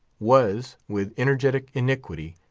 was, with energetic iniquity,